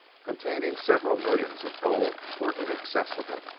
containing several millions of gold, were inaccessible.